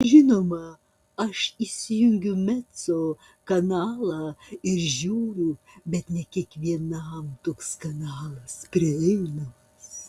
žinoma aš įsijungiu mezzo kanalą ir žiūriu bet ne kiekvienam toks kanalas prieinamas